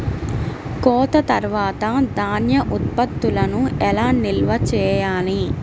కోత తర్వాత ధాన్య ఉత్పత్తులను ఎలా నిల్వ చేయాలి?